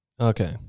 Okay